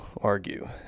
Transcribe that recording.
argue